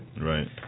Right